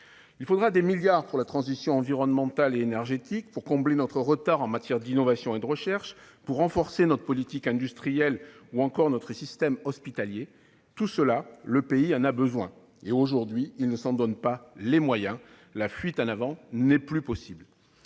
Il faudra des milliards pour la transition environnementale et énergétique, pour combler notre retard en matière d'innovation et de recherche, pour renforcer notre politique industrielle ou encore notre système hospitalier. Tout cela, le pays en a besoin. Mais aujourd'hui, il ne s'en donne pas les moyens. La fuite en avant n'est plus possible